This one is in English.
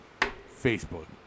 Facebook